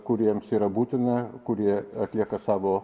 kuriems yra būtina kurie atlieka savo